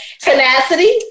Tenacity